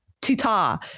tita